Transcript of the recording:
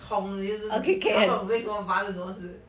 我什么发生什么是